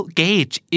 gauge